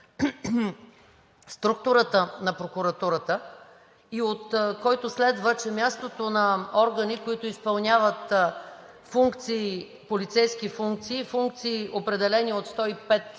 структурата на прокуратурата и от който следва, че мястото на органи, които изпълняват полицейски функции и функции, определени от чл.